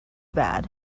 bad